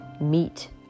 meet